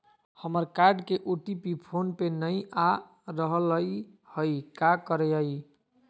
हमर कार्ड के OTP phone पे नई आ रहलई हई, का करयई?